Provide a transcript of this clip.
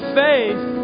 faith